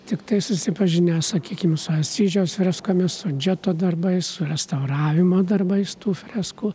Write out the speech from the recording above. tiktai susipažinę sakykim asyžiaus freskomis su džeto darbais su restauravimo darbais tų freskų